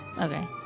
Okay